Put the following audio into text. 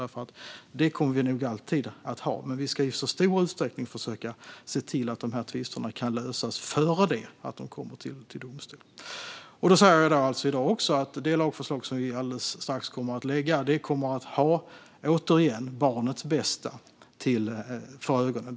Det kommer vi nog alltid att ha, men vi ska i så stor utsträckning som möjligt försöka se till att tvisterna kan lösas innan de kommer till domstol. Jag säger återigen att det lagförslag som vi alldeles strax kommer att lägga fram kommer att ha barnets bästa för ögonen.